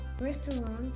restaurant